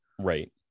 right